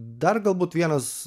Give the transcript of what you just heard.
dar galbūt vienas